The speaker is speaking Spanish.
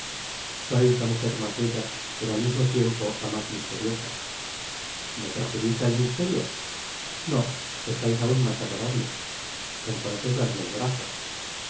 sois la mujer mas bella pero al mismo tiempo la mas misteriosa me perjudica el misterio í no estais aun mas adorable entonces dadme el brazo